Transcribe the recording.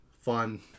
Fun